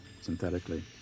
synthetically